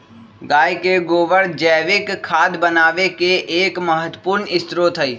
गाय के गोबर जैविक खाद बनावे के एक महत्वपूर्ण स्रोत हई